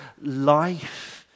life